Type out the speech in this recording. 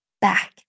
back